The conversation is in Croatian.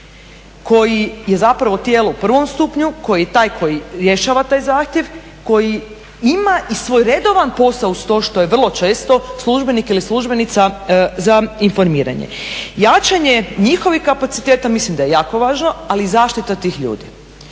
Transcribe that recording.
koji je zapravo tijelo u prvom stupnju, koji je taj koji rješava taj zahtjev, koji ima i svoj redovan postao uz to što je vrlo često službenik ili službenica za informiranje. Jačanje njihovih kapaciteta mislim da je jako važno, ali i zaštita tih ljudi.